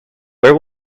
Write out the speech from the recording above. where